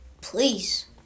please